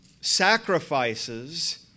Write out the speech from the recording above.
sacrifices